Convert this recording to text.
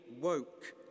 woke